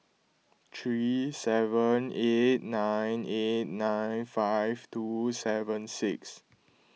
three seven eight nine eight nine five two seven six